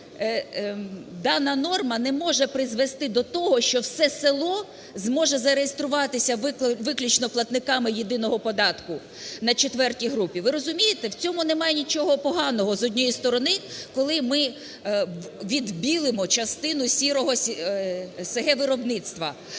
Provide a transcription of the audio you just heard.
дана норма не може призвести до того, що все село зможе зареєструватися виключно платниками єдиного податку на четвертій групі. Ви розумієте, в цьому немає нічого поганого, з однієї сторони, коли ми відбілимо частину сірого с/г виробництва.